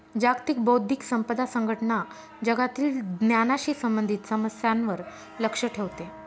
जागतिक बौद्धिक संपदा संघटना जगातील ज्ञानाशी संबंधित समस्यांवर लक्ष ठेवते